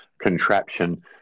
contraption